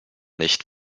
nicht